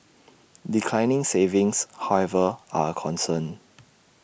declining savings however are A concern